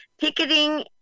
picketing